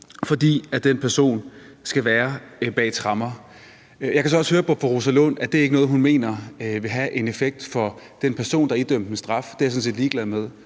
fordi den person skal være bag tremmer. Jeg kan så også høre på fru Rosa Lund, at det ikke er noget, hun mener vil have en effekt for den person, der er idømt en straf. Det er jeg sådan set